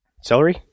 Celery